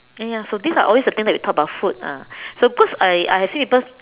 ya ya so these are always the thing we talk about food ah so because I I have seen people